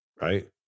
right